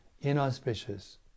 inauspicious